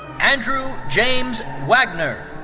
andrew james wagner.